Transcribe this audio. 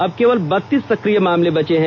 अब केवल बत्तीस सकिय मामले बचे हैं